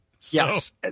Yes